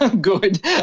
good